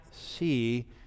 see